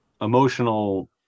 emotional